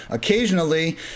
occasionally